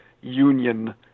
union